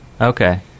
Okay